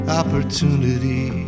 opportunity